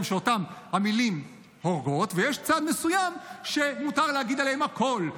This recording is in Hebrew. שאותם הן הורגות ויש צד מסוים שמותר להגיד עליהם הכול.